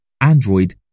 Android